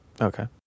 Okay